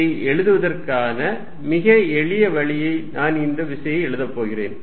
இதை எழுதுவதற்கான மிக எளிய வழியில் நான் இந்த விசையை எழுதப் போகிறேன்